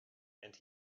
and